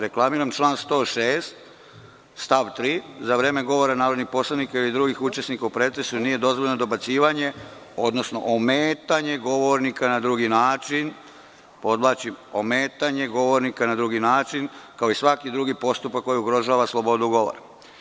Reklamiram član 106. stav 3. – za vreme govora narodnih poslanika ili drugih učesnika u pretresu nije dozvoljeno dobacivanje, odnosno ometanje govornika na drugi način, podvlačim – ometanje govornika na drugi način, kao i svaki drugi postupak koji ugrožava slobodu govora.